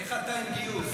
איך אתה עם גיוס?